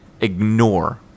ignore